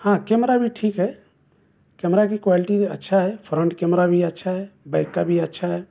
ہاں کیمرہ بھی ٹھیک ہے کیمرہ کی کوالٹی اچھا ہے فرنٹ کیمرہ بھی اچھا ہے بیک کا بھی اچھا ہے